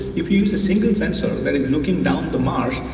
if you use a single sensor looking down at the marsh,